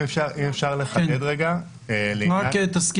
אם אפשר לחדד לעניין